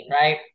right